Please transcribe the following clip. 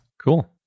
Cool